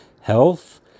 health